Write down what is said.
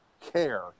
care